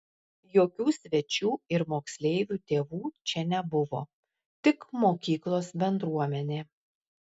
jokių svečių ir moksleivių tėvų čia nebuvo tik mokyklos bendruomenė